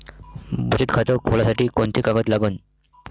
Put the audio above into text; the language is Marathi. बचत खात खोलासाठी कोंते कागद लागन?